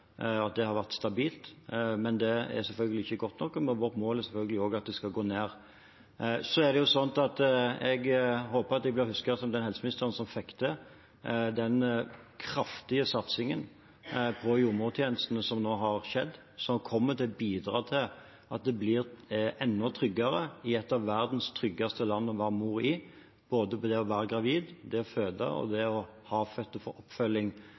Det har vært stabilt. Det er selvfølgelig ikke godt nok. Vårt mål er selvfølgelig også at antallet skal gå ned. Jeg håper jeg blir husket som den helseministeren som fikk til den kraftige satsingen på jordmortjenestene som nå har skjedd, som kommer til å bidra til at det blir enda tryggere i et av verdens tryggeste land å være mor i – både det å være gravid, det å føde, det å få oppfølging